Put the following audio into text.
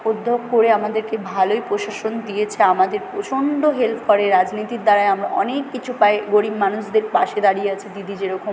করে আমাদেরকে ভালোই প্রশাসন দিয়েছে আমাদের প্রচণ্ড হেল্প করে রাজনীতির দ্বারায় আমরা অনেক কিছু পাই গরিব মানুষদের পাশে দাঁড়িয়ে আছে দিদি যে রকম